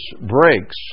breaks